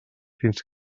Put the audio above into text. fins